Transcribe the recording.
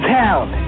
town